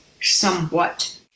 somewhat